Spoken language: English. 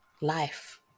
life